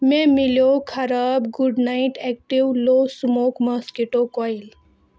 مےٚ میلٮ۪و خراب Good Knight active low smoke mosquito کویل